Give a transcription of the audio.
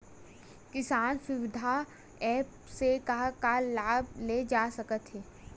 किसान सुविधा एप्प से का का लाभ ले जा सकत हे?